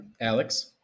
Alex